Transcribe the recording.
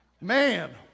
man